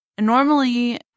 Normally